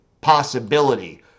possibility